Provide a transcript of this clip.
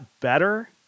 better